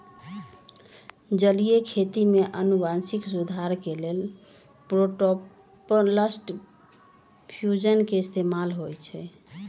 जलीय खेती में अनुवांशिक सुधार के लेल प्रोटॉपलस्ट फ्यूजन के इस्तेमाल होई छई